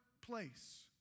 place